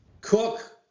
Cook